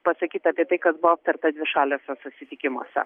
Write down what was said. pasakyta apie tai kas buvo aptarta dvišaliuose susitikimuose